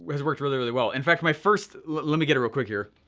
has worked really really well. in fact, my first, let me get it real quick here,